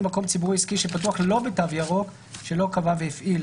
ציבורי עסקי שפתוח לא בתו ירוק שלא קבע והפעיל